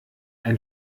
ein